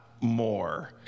more